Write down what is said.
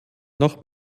noch